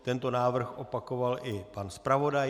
Tento návrh opakoval i pan zpravodaj.